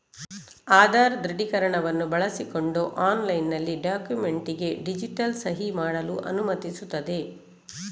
ಆಧಾರ್ ದೃಢೀಕರಣವನ್ನು ಬಳಸಿಕೊಂಡು ಆನ್ಲೈನಿನಲ್ಲಿ ಡಾಕ್ಯುಮೆಂಟಿಗೆ ಡಿಜಿಟಲ್ ಸಹಿ ಮಾಡಲು ಅನುಮತಿಸುತ್ತದೆ